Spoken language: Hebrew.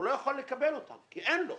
לא יכול לקבל אותן כי אין לו.